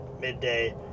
midday